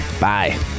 Bye